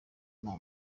nta